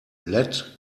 let